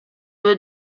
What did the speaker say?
due